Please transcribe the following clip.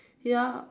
ya